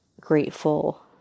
grateful